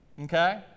Okay